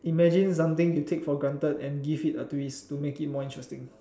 imagine something you take for granted and give it a twist to make it more interesting